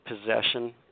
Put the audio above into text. possession